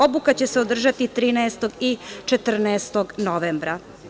Obuka će se održati 13. i 14. novembra.